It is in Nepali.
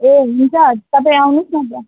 ए हुन्छ तपाईँ आउनुहोस् न त्यहाँ